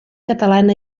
catalana